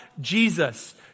Jesus